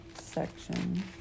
section